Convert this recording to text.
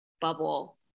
bubble